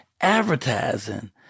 advertising